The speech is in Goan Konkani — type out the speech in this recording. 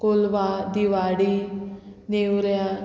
कोलवा दिवाडी नेवऱ्यां